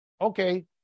okay